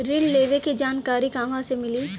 ऋण लेवे के जानकारी कहवा से मिली?